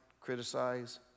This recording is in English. criticize